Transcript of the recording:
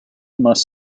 must